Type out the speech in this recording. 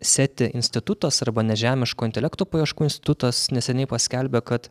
seti institutas arba nežemiško intelekto paieškų institutas neseniai paskelbė kad